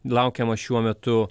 laukiama šiuo metu